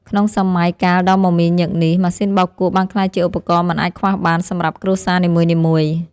ក្នុងសម័យកាលដ៏មមាញឹកនេះ ម៉ាស៊ីនបោកគក់បានក្លាយជាឧបករណ៍មិនអាចខ្វះបានសម្រាប់គ្រួសារនីមួយៗ។